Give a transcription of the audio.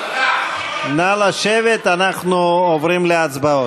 נא לשבת, אנחנו עוברים להצבעות.